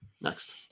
Next